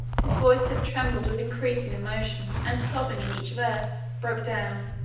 whose voice had trembled with increasing emotion and sobbing in each verse, broke down,